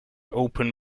open